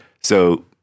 So-